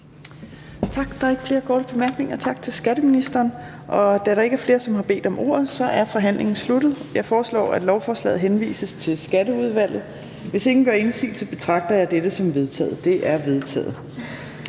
Torp): Der er ikke flere korte bemærkninger. Tak til skatteministeren. Da der ikke er flere, som har bedt om ordet, er forhandlingen sluttet. Jeg foreslår, at lovforslaget henvises til Skatteudvalget. Hvis ingen gør indsigelse, betragter jeg dette som vedtaget. Det er vedtaget.